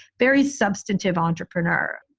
very substantive entrepreneur.